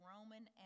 Roman